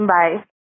Bye